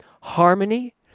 Harmony